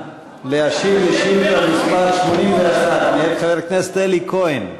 להשיב על שאילתה מס' 81 מאת חבר הכנסת אלי כהן.